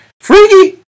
Freaky